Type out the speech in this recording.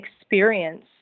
experience